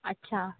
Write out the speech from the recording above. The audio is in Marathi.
अच्छा